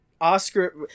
oscar